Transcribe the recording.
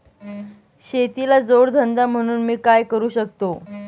शेतीला जोड धंदा म्हणून मी काय करु शकतो?